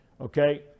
Okay